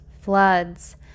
floods